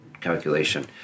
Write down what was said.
calculation